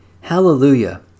Hallelujah